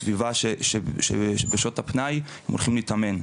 סביבה שבשעות הפנאי הם הולכים להתאמן,